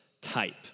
type